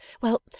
Well